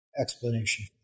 explanation